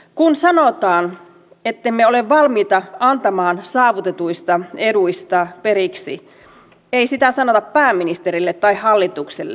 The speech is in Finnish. kun sanotaan ettemme ole valmiita antamaan saavutetuista eduista periksi ei sitä sanota pääministerille tai hallitukselle